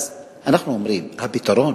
אז אנחנו אומרים: הפתרון